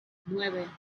nueve